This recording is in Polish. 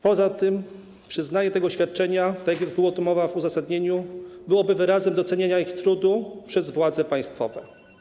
Poza tym przyznanie tego świadczenia, była o tym mowa w uzasadnieniu, byłoby wyrazem docenienia ich trudu przez władze państwowe.